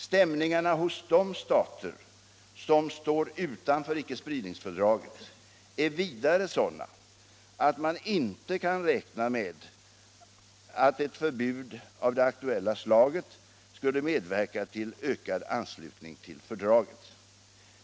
Stämningarna hos de stater som står utanför ickespridningsfördraget är vidare sådana att man inte kan räkna med att ett förbud av det aktuella slaget skulle medverka till ökad anslutning till fördraget.